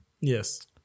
Yes